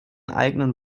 eigenen